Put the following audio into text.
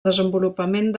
desenvolupament